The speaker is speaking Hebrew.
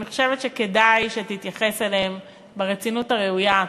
אני חושבת שכדאי שתתייחס אליהן ברצינות הראויה.